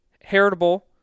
heritable